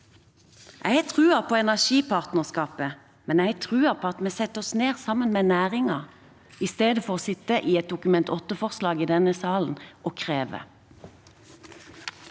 Jeg har troen på energipartnerskapet, men jeg har troen på at vi setter oss ned sammen med næringen, i stedet for å sitte med et Dokument 8-forslag i denne salen og kreve.